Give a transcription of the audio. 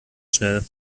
schnell